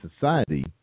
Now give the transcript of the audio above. society